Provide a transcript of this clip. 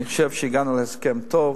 אני חושב שהגענו להסכם טוב.